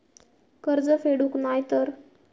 कर्ज फेडूक नाय तर?